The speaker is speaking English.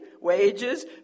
wages